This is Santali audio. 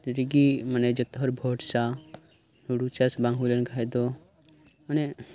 ᱨᱤᱜᱤ ᱡᱚᱛᱚ ᱦᱚᱲ ᱵᱷᱚᱨᱥᱟ ᱦᱩᱲᱩ ᱪᱟᱥ ᱵᱟᱝ ᱦᱩᱭ ᱞᱮᱱ ᱠᱷᱟᱡ ᱫᱚ ᱢᱟᱱᱮ